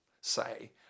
say